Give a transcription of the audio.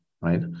right